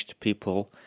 people